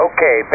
Okay